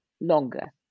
longer